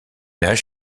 âge